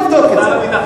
תבדוק את זה.